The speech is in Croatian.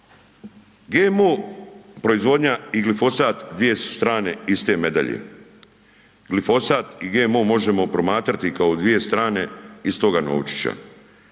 GMO proizvodnja i glifosat dvije su strane iste medalje. Gligosat i GMO možemo promatrati kao dvije strane istoga novčića.